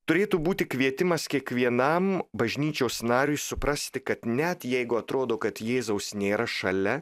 turėtų būti kvietimas kiekvienam bažnyčios nariui suprasti kad net jeigu atrodo kad jėzaus nėra šalia